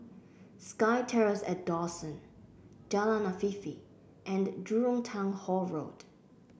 SkyTerrace at Dawson Jalan Afifi and Jurong Town Hall Road